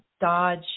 Dodge